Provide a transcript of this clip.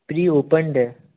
pre opened है